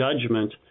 judgment